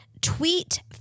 tweet